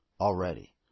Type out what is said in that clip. already